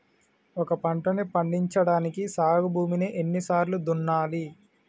ఒక పంటని పండించడానికి సాగు భూమిని ఎన్ని సార్లు దున్నాలి?